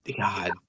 God